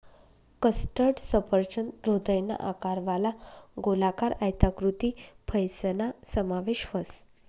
custard सफरचंद हृदयना आकारवाला, गोलाकार, आयताकृती फयसना समावेश व्हस